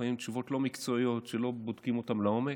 לפעמים תשובות לא מקצועיות שלא בודקים אותן לעומק.